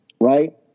Right